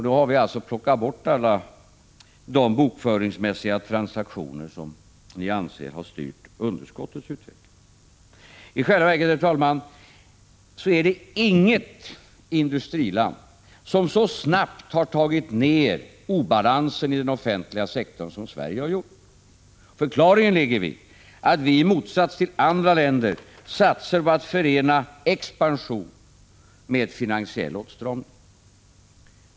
Då har vi plockat bort alla de bokföringsmässiga transaktioner som ni anser har styrt underskottets utveckling. I själva verket, herr talman, har inget industriland minskat obalansen i den offentliga sektorn så snabbt som Sverige har gjort. Förklaringen ligger i att vi i motsats till andra länder har satsat på att förena expansion med finansiell åtstramning.